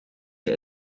hij